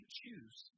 choose